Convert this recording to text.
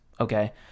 Okay